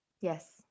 Yes